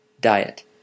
Diet